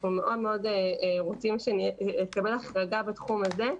אנחנו מאוד מאוד רוצים לקבל החרגה בתחום הזה.